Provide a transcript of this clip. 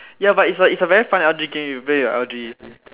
ya but it's a it's a very fun L_G game you play with your L_G